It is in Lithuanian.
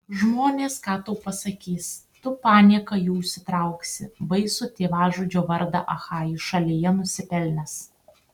žmonės ką tau pasakys tu panieką jų užsitrauksi baisų tėvažudžio vardą achajų šalyje nusipelnęs